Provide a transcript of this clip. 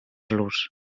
los